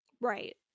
Right